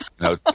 No